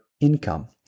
income